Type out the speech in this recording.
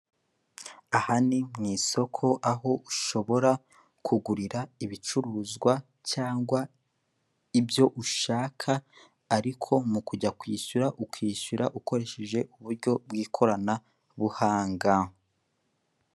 Aha ni mu isoko aho ushobora kugurira ibicuruzwa, cyangwa ibyo ushaka ariko mu kujya kwishyura ukishyura ukoresheje uburyo bw'ikoranabuhanga.